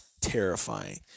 terrifying